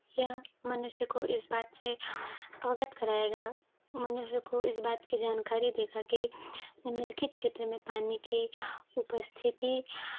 यह मनुष्य को इस बात से अवगत कराएगा मनुष्य को इस बात की जानकारी देगा कि निम्नलिखित क्षेत्र में पानी की उपस्थिति